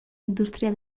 industria